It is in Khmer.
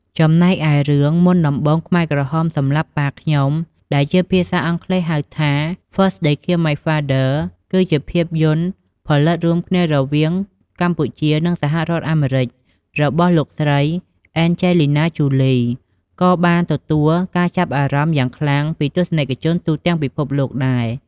ចំណែកឯរឿង "មុនដំបូងខ្មែរក្រហមសម្លាប់ប៉ាខ្ញុំ" ដែលជាភាសាអង់គ្លេស ហៅថា First They Killed My Father គឺ ជាភាពយន្តផលិតរួមគ្នារវាងកម្ពុជា និងសហរដ្ឋអាមេរិករបស់ លោកស្រី អេនជេលីណា ជូលី ក៏បានទាក់ទាញការចាប់អារម្មណ៍យ៉ាងខ្លាំងពីទស្សនិកជនទូទាំងពិភពលោកដែរ។